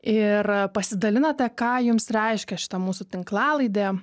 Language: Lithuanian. ir pasidalinate ką jums reiškia šita mūsų tinklalaidė